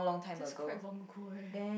just quite long ago leh